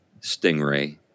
Stingray